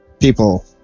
people